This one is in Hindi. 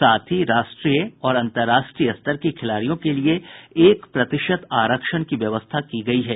साथ ही राष्ट्रीय और अन्तर्राष्ट्रीय स्तर के खिलाड़ियों के लिए एक प्रतिशत आरक्षण की व्यवस्था की गयी है